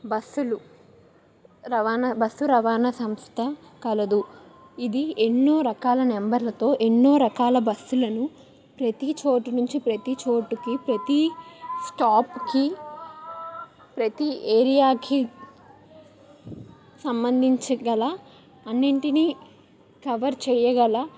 బస్సులు రవాణా బస్సు రవాణా సంస్థ కలదు ఇది ఎన్నో రకాల నెంబర్లతో ఎన్నో రకాల బస్సులను ప్రతి చోటు నుంచి ప్రతి చోటుకి ప్రతి స్టాప్కి ప్రతి ఏరియాకి సంబంధించి గల అన్నింటినీ కవర్ చేయగల